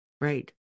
right